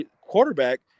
quarterback